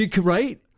Right